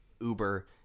Uber